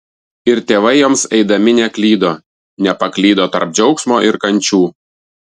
ir tėvai joms eidami neklydo nepaklydo tarp džiaugsmo ir kančių